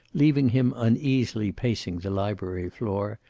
leaving him uneasily pacing the library floor,